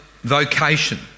vocation